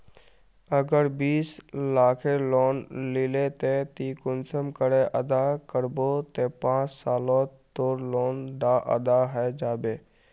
अगर बीस लाखेर लोन लिलो ते ती कुंसम करे अदा करबो ते पाँच सालोत तोर लोन डा अदा है जाबे?